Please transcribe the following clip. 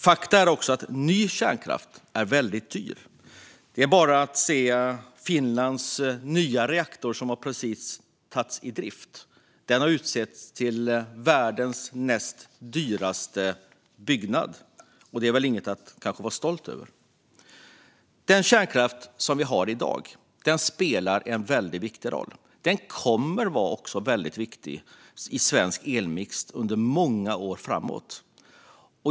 Det är också ett faktum att ny kärnkraft är väldigt dyr. Det är bara att titta på Finlands nya reaktor, som precis har tagits i drift - den har utnämnts till världens näst dyraste byggnad, vilket väl kanske inte är något att vara stolt över. Den kärnkraft vi har i dag spelar en viktig roll och kommer att vara viktig i den svenska elmixen under många år framåt.